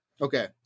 Okay